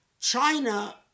China